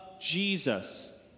Jesus